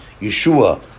Yeshua